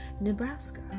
Nebraska